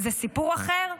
זה סיפור אחר.